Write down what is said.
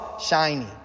shiny